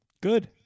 good